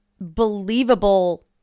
believable